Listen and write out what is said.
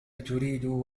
تريد